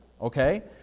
okay